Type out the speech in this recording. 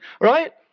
right